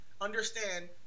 understand